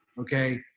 Okay